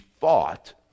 fought